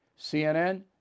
CNN